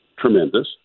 tremendous